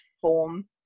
form